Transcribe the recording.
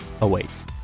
awaits